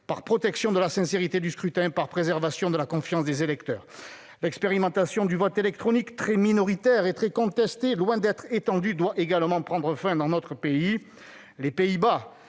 pour protéger la sincérité du scrutin et préserver la confiance des électeurs. L'expérimentation du vote électronique, très minoritaire et très contesté, loin d'être étendue, doit également prendre fin dans notre pays. Le Royaume